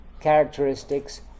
characteristics